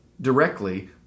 directly